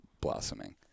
blossoming